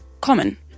common